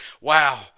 wow